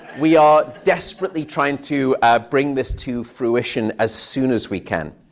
we are desperately trying to bring this to fruition as soon as we can.